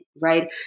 right